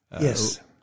Yes